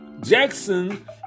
jackson